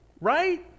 Right